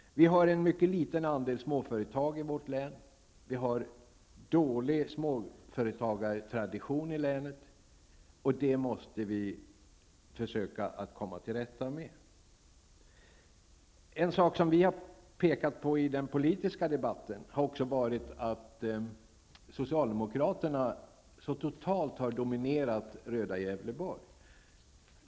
Vi har en mycket liten andel småföretag i vårt län. Vi har dålig småföretagartradition i länet, och det måste vi försöka komma till rätta med. En sak som vi har pekat på i den politiska debatten är att socialdemokraterna så totalt har dominerat det röda Gävleborg.